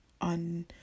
on